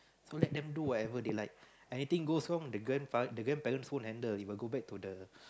so let them do whatever they like anything goes wrong the grand the grandparents won't handle it will go back to the